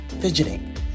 fidgeting